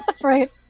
Right